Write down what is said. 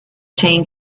chain